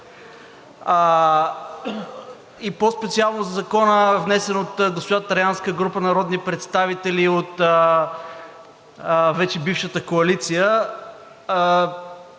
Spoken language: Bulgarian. и по-специално за Закона, внесен от госпожа Траянска и група народни представители от вече бившата коалиция.